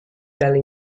dalle